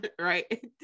Right